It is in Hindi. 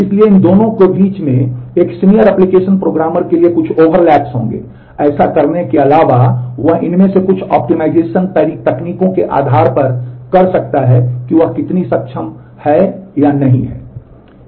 इसलिए इन दोनों के बीच एक सीनियर एप्लिकेशन प्रोग्रामर के लिए कुछ ओवरलैप्स तकनीकों के आधार पर कर सकता है कि वह कितनी सक्षम है या नहीं